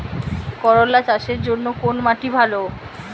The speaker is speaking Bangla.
করলা চাষের জন্য কোন মাটি ভালো?